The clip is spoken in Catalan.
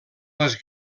les